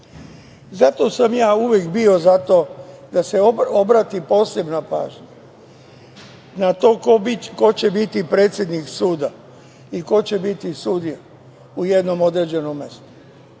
Zato sam ja uvek bio za to da se obrati posebna pažnja na to ko će biti predsednik suda i ko će biti sudija u jednom određenom mestu,